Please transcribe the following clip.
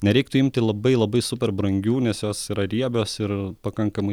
nereiktų imti labai labai super brangių nes jos yra riebios ir pakankamai